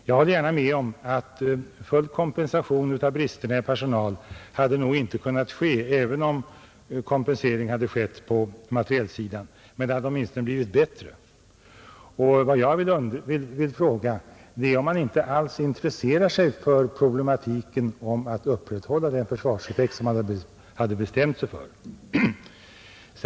Jag tror visserligen inte att full kompensation för bristerna i personal hade kunnat ske, även om pengarna hade överförts till materielsidan, men det hade åtminstone blivit bättre. Och vad jag vill fråga är om man inte alls intresserar sig för problematiken om att upprätthålla den försvarseffekt som man hade bestämt sig för.